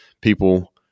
people